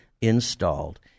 installed